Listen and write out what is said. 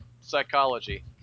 Psychology